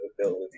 ability